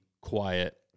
quiet